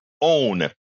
own